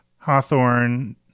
hawthorne